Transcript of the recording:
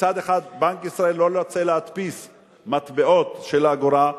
מצד אחד בנק ישראל לא רוצה להדפיס מטבעות של אגורה,